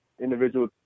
individual